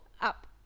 up